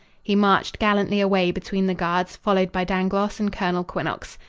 he marched gallantly away between the guards, followed by dangloss and colonel quinnox.